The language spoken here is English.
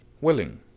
willing